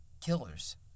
Killers